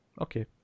Okay